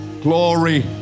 glory